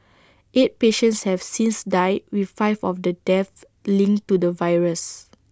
eight patients have since died with five of the deaths linked to the virus